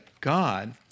God